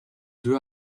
deux